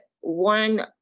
one